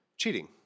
cheating